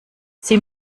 sie